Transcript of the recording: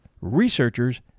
researchers